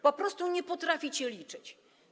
Po prostu nie potraficie liczyć.